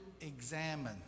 examine